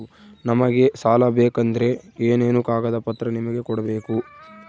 ನಮಗೆ ಸಾಲ ಬೇಕಂದ್ರೆ ಏನೇನು ಕಾಗದ ಪತ್ರ ನಿಮಗೆ ಕೊಡ್ಬೇಕು?